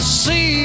see